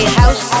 house